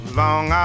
long